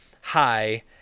hi